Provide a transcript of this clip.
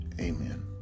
amen